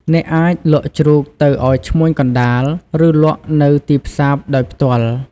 អ្នកអាចលក់ជ្រូកទៅឲ្យឈ្មួញកណ្តាល ឬលក់នៅទីផ្សារដោយផ្ទាល់។